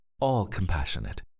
all-compassionate